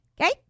Okay